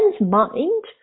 mind